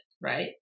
right